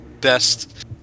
best